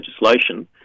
legislation